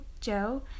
Joe